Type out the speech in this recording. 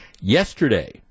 Yesterday